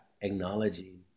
acknowledging